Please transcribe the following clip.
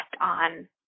on